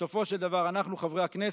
בסופו של דבר אנחנו חברי הכנסת.